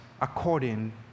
according